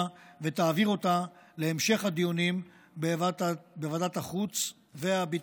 ותעביר אותה להמשך הדיונים בוועדת החוץ והביטחון.